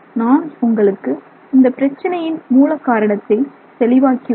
நான் உங்களுக்கு இந்தப் பிரச்சினையின் மூல காரணத்தை தெளிவாக்கியுள்ளேன்